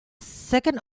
second